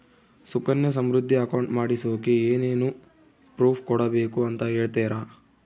Sukanya Samriddhi account ಮಾಡಿಸೋಕೆ ಏನೇನು proof ಕೊಡಬೇಕು ಅಂತ ಹೇಳ್ತೇರಾ?